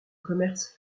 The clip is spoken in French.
commerce